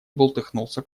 бултыхнулся